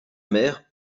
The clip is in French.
mère